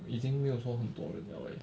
已经没有说很多人 liao leh